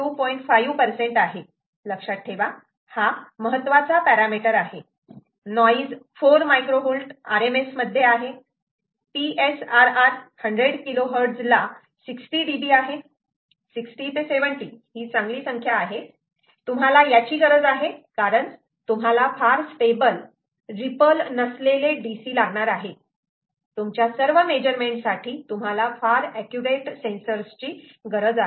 5 आहे लक्षात ठेवा हा महत्त्वाचा पॅरामिटर आहे नॉइज 4 मायक्रो होल्ट rms मध्ये आहे PSRR 100 KHz ला 60dB आहे 60 ते 70 ही चांगली संख्या आहे तुम्हाला याची गरज आहे कारण तुम्हाला फार स्टेबल रीपल नसलेले DC लागणार आहे तुमच्या सर्व मेजरमेंट साठी तुम्हाला फार ऍक्युरेट सेन्सर्स ची गरज आहे